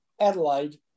Adelaide